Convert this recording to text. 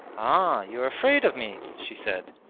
ah, you're afraid of me she said.